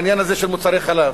העניין הזה של מוצרי חלב,